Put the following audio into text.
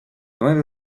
nueve